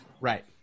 Right